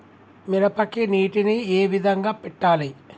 మిరపకి నీటిని ఏ విధంగా పెట్టాలి?